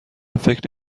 فکر